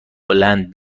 هلند